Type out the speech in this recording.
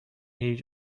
هیچ